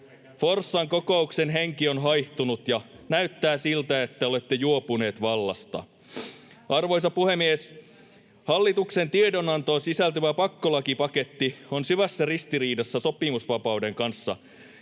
Forssan kokouksen henki on haihtunut, ja näyttää siltä, että olette juopuneet vallasta. [Sanna Antikainen: Nähtävästi!] Arvoisa puhemies! Hallituksen tiedonantoon sisältyvä pakkolakipaketti on syvässä ristiriidassa sopimusvapauden kanssa